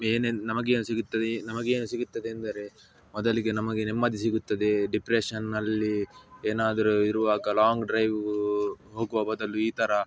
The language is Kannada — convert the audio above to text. ಏನೆಂ ನಮಗೇನು ಸಿಗುತ್ತದೆ ನಮಗೇನು ಸಿಗುತ್ತದೆ ಎಂದರೆ ಮೊದಲಿಗೆ ನಮಗೆ ನೆಮ್ಮದಿ ಸಿಗುತ್ತದೆ ಡಿಪ್ರೆಷನ್ನಲ್ಲಿ ಏನಾದರು ಇರುವಾಗ ಲಾಂಗ್ ಡ್ರೈವ್ ಹೋಗುವ ಬದಲು ಈ ಥರ